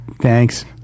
Thanks